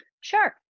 Sure